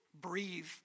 breathe